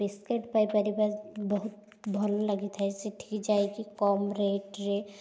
biscuit ପାଇପାରିବା ବହୁତ ଭଲ ଲାଗିଥାଏ ସେଠିକି ଯାଇକି କମ ରେଟ୍ରେ